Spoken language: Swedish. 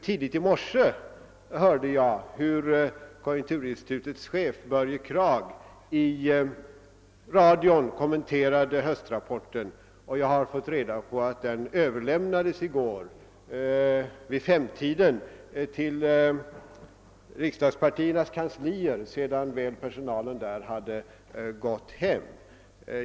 Tidigt i morse hörde jag konjunkturinstitutets chef Börje Kragh i radion kommentera höstrapporten. Jag har fått reda på att den vid 17-tiden i går överlämnades till riksdagspartiernas kanslier, sedan väl personalen där hade gått hem.